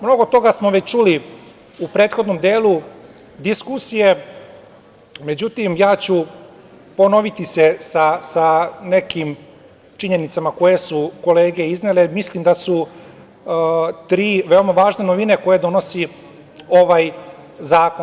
Mnogo toga smo već čuli u prethodnom delu diskusije, međutim ja ću se ponoviti sa nekim činjenicama koje su kolege iznele, jer mislim da su tri veoma važne novine koje donosi ovaj zakon.